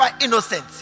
innocent